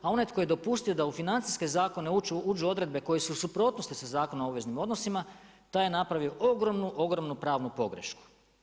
A onaj tko je dopustio da u financijske zakone uđu odredbe koje su u suprotnosti sa Zakonom o obveznim odnosima, taj je napravio ogromnu pravnu pogrešku.